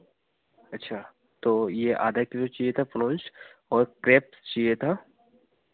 अच्छा तो यह आधा किलो चाहिए था प्रोन्स और क्रेप्स चाहिए था